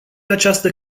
această